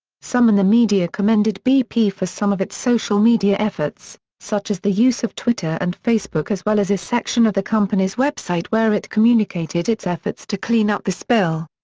some in the media commended bp for some of its social media efforts, such as the use of twitter and facebook as well as a section of the company's website where it communicated its efforts to clean up the spill.